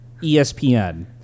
ESPN